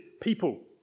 people